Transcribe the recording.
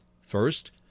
First